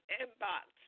inbox